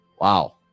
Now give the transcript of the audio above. Wow